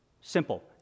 Simple